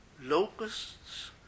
locusts